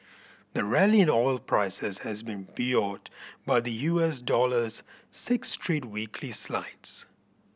the rally in oil prices has been buoyed by the U S dollar's six straight weekly slides